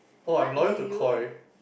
what do you